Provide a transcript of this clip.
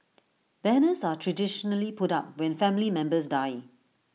banners are traditionally put up when family members die